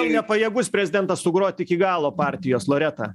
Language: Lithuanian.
nepajėgus prezidentas sugrot iki galo partijos loreta